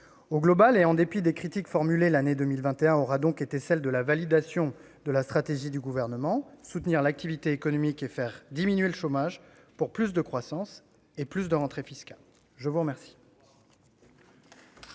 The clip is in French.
Finalement, et en dépit des critiques formulées, l'année 2021 aura donc été celle de la validation de la stratégie du Gouvernement : soutenir l'activité économique et faire diminuer le chômage, pour plus de croissance et plus de rentrées fiscales. La parole